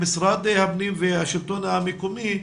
משרד הפנים והשלטון המקומי,